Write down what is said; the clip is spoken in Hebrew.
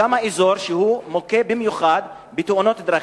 שם זה אזור שהוא מוכה במיוחד בתאונות דרכים.